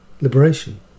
liberation